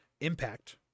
Impact